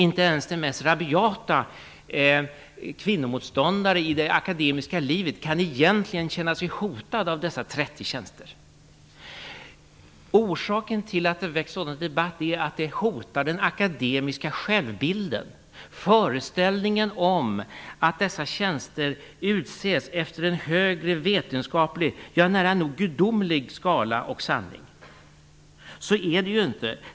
Inte ens den mest rabiata kvinnomotståndare i det akademiska livet kan egentligen känna sig hotad av dessa 30 Orsaken till att det har väckt sådan debatt är att det hotar den akademiska självbilden, föreställningen om att dessa tjänster utses efter en högre vetenskaplig, ja, nära nog gudomlig skala och sanning. Så är det inte.